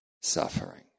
suffering